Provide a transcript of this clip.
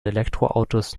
elektroautos